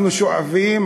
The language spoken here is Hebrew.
אנחנו שואפים,